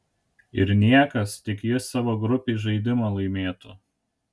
ir niekas tik jis savo grupėj žaidimą laimėtų